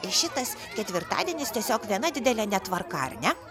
šitas ketvirtadienis tiesiog viena didelė netvarka ar ne